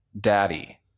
daddy